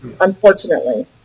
unfortunately